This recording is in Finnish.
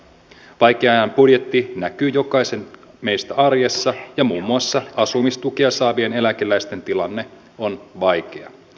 vaikean ajan budjetti näkyy meistä jokaisen arjessa ja muun muassa asumistukea saavien eläkeläisten tilanne on vaikea